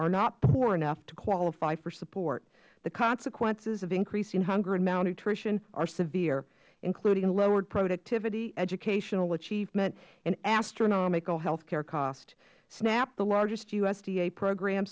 are not poor enough to qualify for support the consequences of increasing hunger and malnutrition are severe including lowered productivity educational achievement and astronomical health care costs snap the largest usda program